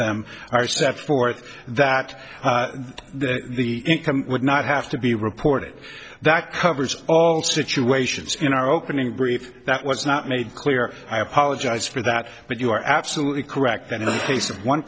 them are set forth that the income would not have to be reported that covers all situations in our opening brief that was not made clear i apologize for that but you are absolutely correct